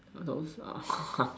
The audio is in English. those are